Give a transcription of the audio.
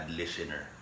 listener